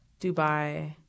Dubai